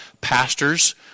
pastors